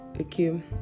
Okay